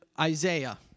Isaiah